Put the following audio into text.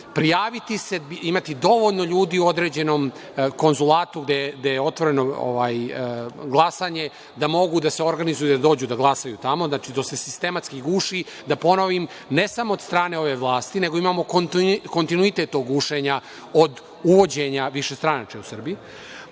prijaviti se, imati dovoljno ljudi u određenom konzulatu gde je otvoreno glasanje, da mogu da se organizuju i da dođu da glasaju tamo. Znači, to se sistematski guši, da ponovim, ne samo od strane ove vlasti, nego imamo kontinuitet gušenja od uvođenja višestranačja u Srbiji.